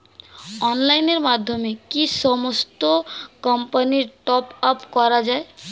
অনলাইনের মাধ্যমে কি সমস্ত কোম্পানির টপ আপ করা যায়?